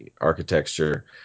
architecture